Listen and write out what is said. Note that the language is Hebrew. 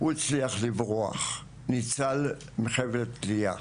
הוא הצליח לברוח, ניצל מחבל התלייה.